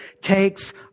takes